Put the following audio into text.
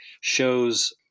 shows